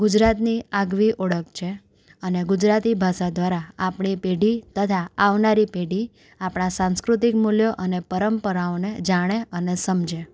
ગુજરાતની આગવી ઓળખ છે અને ગુજરાતની ભાષા દ્વારા આપણી પેઢી તથા આવનારી પેઢી આપણા સાંસ્કૃતિક મૂલ્યો અને પરંપરાઓને જાણે અને સમજે